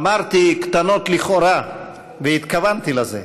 אמרתי "קטנות לכאורה" והתכוונתי לזה,